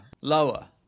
Lower